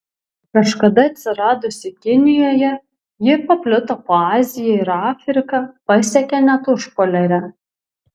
kažkada atsiradusi kinijoje ji paplito po aziją ir afriką pasiekė net užpoliarę